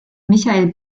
michael